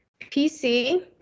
pc